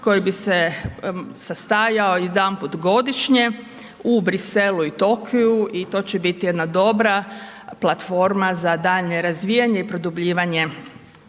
koji bi se sastajao jedanput godišnje u Bruxellesu i Tokyju i to će biti jedna dobra platforma za daljnje razvijanje i produbljivanje